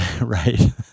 Right